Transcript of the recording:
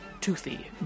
toothy